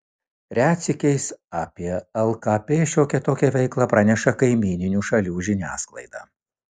retsykiais apie lkp šiokią tokią veiklą praneša kaimyninių šalių žiniasklaida